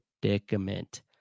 predicament